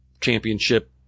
championship